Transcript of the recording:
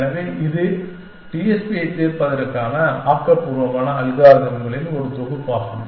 எனவே இது TSP ஐத் தீர்ப்பதற்கான ஆக்கபூர்வமான அல்காரிதம்களின் ஒரு தொகுப்பாகும்